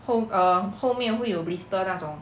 后 err 后面会有 blister 那种